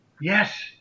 yes